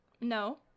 No